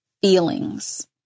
feelings